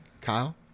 Kyle